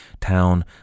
town